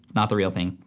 not the real thing.